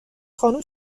خانم